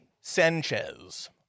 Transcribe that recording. Sanchez